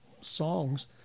songs